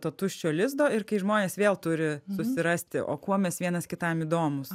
to tuščio lizdo ir kai žmonės vėl turi susirasti o kuo mes vienas kitam įdomūs